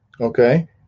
Okay